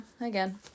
again